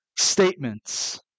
statements